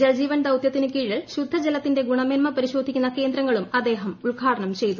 ജൽജീവൻ ദൌത്യത്തിന് കീഴിൽ ശുദ്ധജലത്തിന്റെ ഗുണമേന്മ പരിശോധിക്കുന്ന കേന്ദ്രങ്ങളും അദ്ദേഹം ഉദ്ഘാടനം ചെയ്തു